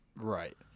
Right